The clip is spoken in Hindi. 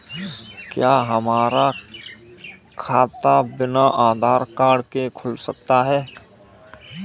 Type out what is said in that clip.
क्या हमारा खाता बिना आधार कार्ड के खुल सकता है?